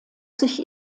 sich